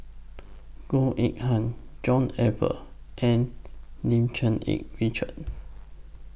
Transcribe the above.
Goh Eng Han John Eber and Lim Cherng Yih Richard